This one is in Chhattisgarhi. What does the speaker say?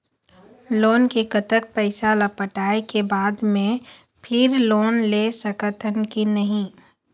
लोन के कतक पैसा ला पटाए के बाद मैं फिर लोन ले सकथन कि नहीं?